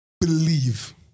Believe